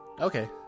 Okay